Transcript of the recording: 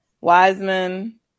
Wiseman